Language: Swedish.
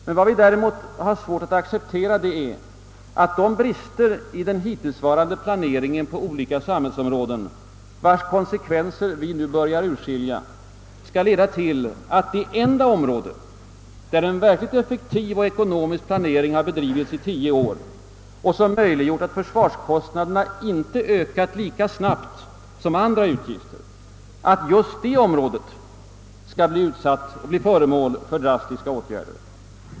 Men vad vi däremot har svårt att acceptera är att de brister i den hittillsvarande planeringen på olika samhällsområden, vilkas konsekvenser vi nu börjar urskilja, skall leda till att det enda område, där en verklig effektiv och ekonomisk planering har bedrivits i tio år och möjliggjort att försvarskostnaderna inte har ökat lika snabbt som andra utgifter, skall bli föremål för drastiska åtgärder.